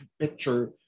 picture